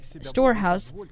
storehouse